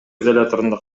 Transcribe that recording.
изоляторунда